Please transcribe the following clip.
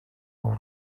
all